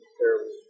terrible